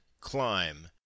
climb